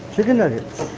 chicken nuggets!